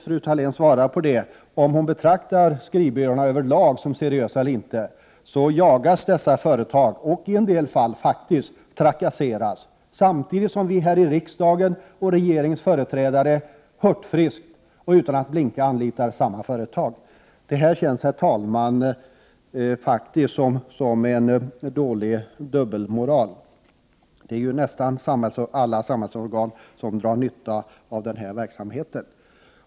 Fru Thalén svarade inte på om hon betraktar skrivbyråerna över lag som seriösa eller inte. Samtidigt anlitar vi här i riksdagen — och det gör även regeringens företrädare — hurtfriskt och utan att blinka samma företag. Det känns, herr talman, faktiskt som dubbelmoral. Nästan alla samhällsorgan drar ju nytta av den här verksamheten.